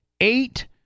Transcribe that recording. Eight